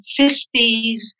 50s